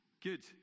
Good